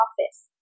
office